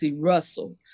Russell